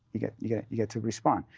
you get yeah you get to respond.